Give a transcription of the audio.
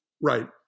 Right